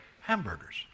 hamburgers